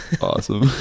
Awesome